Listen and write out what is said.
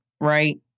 right